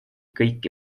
kõiki